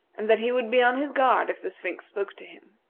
and that he would be on his guard if the sphinx spoke to him.